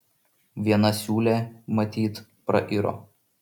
viena siūlė matyt prairo